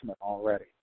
already